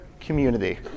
community